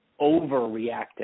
overreacting